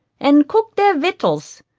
an cook their victuals,